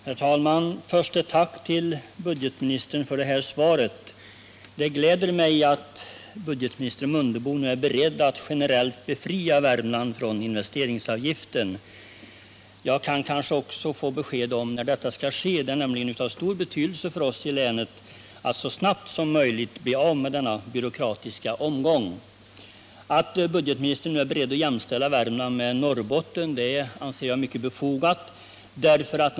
Herr talman! Först ett tack till budgetministern för svaret. Det gläder mig att budgetminister Mundebo är beredd att generellt befria Värmland från investeringsavgiften. Jag kan kanske också få besked om när detta skall ske. Det är nämligen av stor betydelse för oss i länet att så snabbt som möjligt bli av med denna byråkratiska omgång. Att budgetministern nu är beredd att jämställa Värmland med Norrbotten är tillfredsställande. Jag anser jämförelsen mycket befogad.